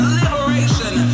liberation